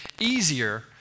easier